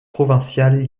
provinciales